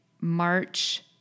March